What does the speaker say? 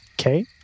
Okay